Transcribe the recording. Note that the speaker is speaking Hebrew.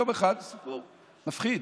סיפור מפחיד.